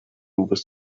with